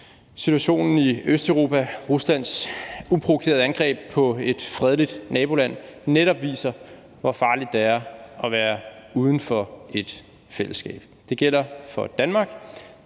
situationen i Østeuropa, Ruslands uprovokerede angreb på et fredeligt naboland, netop viser, hvor farligt det er at være uden for et fællesskab. Det gælder for Danmark,